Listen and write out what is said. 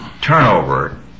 turnover